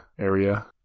area